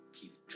Keith